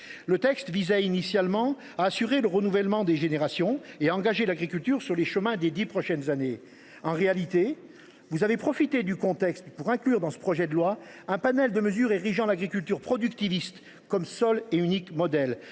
Le texte visait initialement à assurer le renouvellement des générations et à engager l’agriculture sur le chemin des dix prochaines années. En réalité, vous avez profité du contexte pour inclure dans ce projet de loi un panel de mesures érigeant l’agriculture productiviste comme seule et unique méthode,